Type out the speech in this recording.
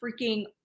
freaking